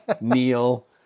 Neil